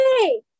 Hey